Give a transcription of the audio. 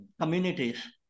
communities